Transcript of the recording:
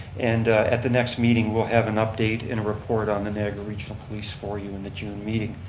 and at the next meeting we'll have an update and a report on the niagara regional police for you in the june meeting.